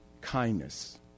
kindness